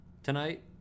tonight